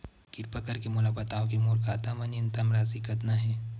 किरपा करके मोला बतावव कि मोर खाता मा न्यूनतम राशि कतना हे